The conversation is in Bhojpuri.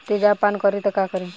तेजाब पान करी त का करी?